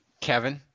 Kevin